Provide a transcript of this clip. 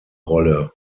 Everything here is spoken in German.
rolle